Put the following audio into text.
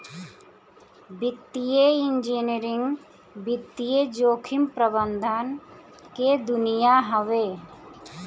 वित्तीय इंजीनियरिंग वित्तीय जोखिम प्रबंधन के दुनिया हवे